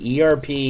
ERP